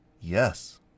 yes